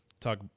talk